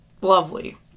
Lovely